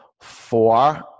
Four